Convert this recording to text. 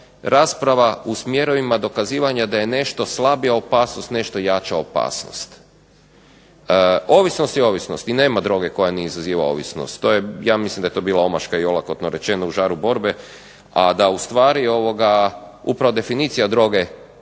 rasprava u smjerovima dokazivanja da je nešto slabija opasnost, nešto jača opasnost. Ovisnost je ovisnost i nema droge koja ne izaziva ovisnost. Ja mislim da je to bila omaška i olakotno rečeno u žaru borbe, a da ustvari upravo definicija droge